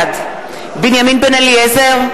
בעד בנימין בן-אליעזר,